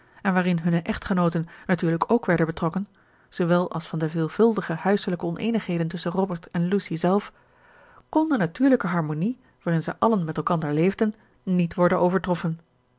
en waarin hunne echtgenooten natuurlijk ook werden betrokken zoowel als van de veelvuldige huiselijke oneenigheden tusschen robert en lucy zelf kon de natuurlijke harmonie waarin zij allen met elkander leefden niet worden overtroffen